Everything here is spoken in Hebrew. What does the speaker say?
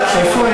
אלה רק שמותיהם,